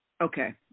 okay